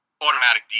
automatic